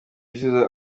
ibisubizo